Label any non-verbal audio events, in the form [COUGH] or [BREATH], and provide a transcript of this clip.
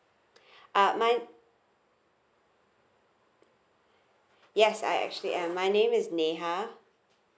[BREATH] ah my yes I actually am my name is neha